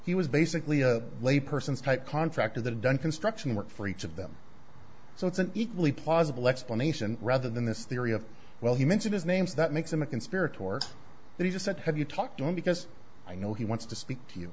he was basically a layperson's type contractor that done construction work for each of them so it's an equally plausible explanation rather than this theory of well you mention his name so that makes him a conspiratorial but he just said have you talked to him because i know he wants to speak to you